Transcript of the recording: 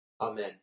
Amen